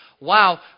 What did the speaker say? wow